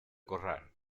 corral